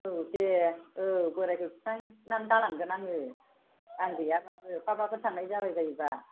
औ दे औ बोरायखौ खिन्थानानै गालांगोन आङो आं गैयाबाबो बहाबाफोर थांनाय जाबायबायोबा